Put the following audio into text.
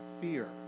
fear